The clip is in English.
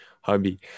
hobby